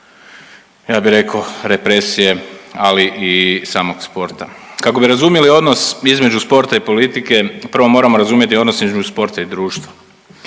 ja bi rekao represije, ali i samog sporta. Kako bi razumjeli odnos između sporta i politike prvo moramo razumjeti odnos između sporta i društva.